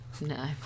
No